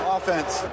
Offense